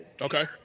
Okay